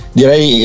direi